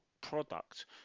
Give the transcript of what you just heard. product